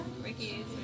Ricky